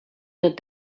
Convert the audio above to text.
tot